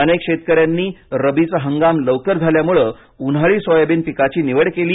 अनेक शेतकऱ्यांनी रबीचा हंगाम लवकर झाल्यामुळे उन्हाळी सोयाबीन पिकाची निवड केली